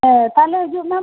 ᱦᱮᱸ ᱛᱟᱦᱚᱞᱮ ᱦᱤᱡᱩᱜ ᱢᱮ